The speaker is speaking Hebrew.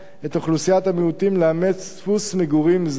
את אוכלוסיית המיעוטים לאמץ דפוס מגורים זה,